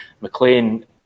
McLean